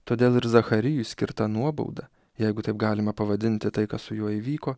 todėl ir zacharijui skirta nuobauda jeigu taip galima pavadinti tai kas su juo įvyko